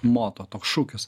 moto toks šūkis